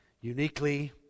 uniquely